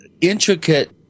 intricate